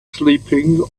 sleeping